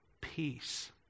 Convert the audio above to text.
peace